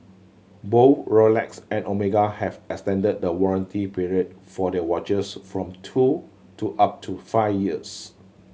both Rolex and Omega have extended the warranty period for their watches from two to up to five years